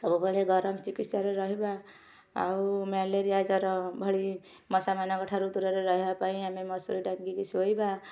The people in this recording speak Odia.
ସବୁବେଳେ ଗରମ ଚିକିତ୍ସାରେ ରହିବା ଆଉ ମ୍ୟାଲେରିଆ ଜ୍ୱର ଭଳି ମଶାମାନଙ୍କ ଠାରୁ ଦୂରରେ ରହିବା ପାଇଁ ଆମେ ମସୁରୀ ଟାଙ୍ଗିକି ଶୋଇବା